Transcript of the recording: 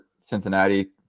Cincinnati